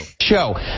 Show